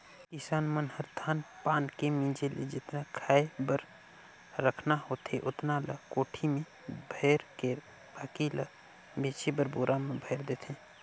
किसान मन ह धान पान के मिंजे ले जेतना खाय बर रखना होथे ओतना ल कोठी में भयर देथे बाकी ल बेचे बर बोरा में भयर देथे